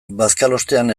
bazkalostean